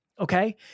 okay